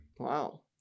wow